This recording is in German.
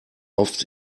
oft